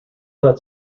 that